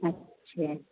अच्छा